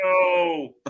No